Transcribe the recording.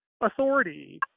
authority